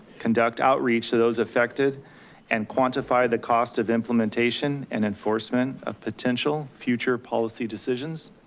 conduct outreach to those affected and quantify the costs of implementation and enforcement of potential future policy decisions.